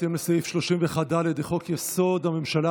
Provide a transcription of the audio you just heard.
בהתאם לסעיף 31(ד) לחוק-יסוד: הממשלה,